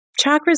chakras